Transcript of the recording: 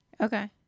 Okay